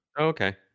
Okay